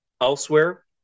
elsewhere